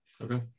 Okay